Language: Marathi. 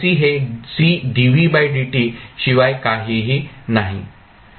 हे शिवाय काहीही नाही